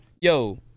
yo